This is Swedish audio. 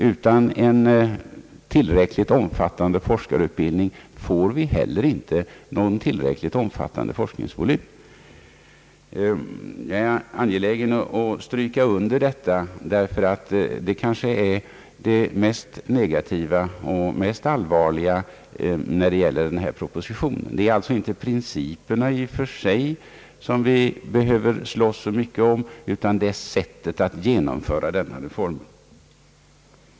Utan en tillräckligt omfattande forskarutbildning får vi heller inte någon tillräckligt omfattande forskningsvolym. Jag är angelägen att stryka under det därför att detta faktum kanske är det mest negativa och det mest allvarliga i samband med den här propositionen. Det är alltså inte principerna i och för sig som vi behöver slåss så mycket om, utan sättet att genomföra reformen.